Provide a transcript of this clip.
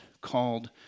called